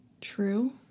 True